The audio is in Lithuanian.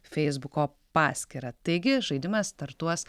feisbuko paskyrą taigi žaidimas startuos